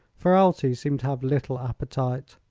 ferralti seemed to have little appetite.